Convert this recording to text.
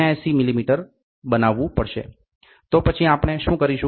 00 millimetre બનાવવું પડશે તો પછી આપણે શું કરીશું